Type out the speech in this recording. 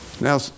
Now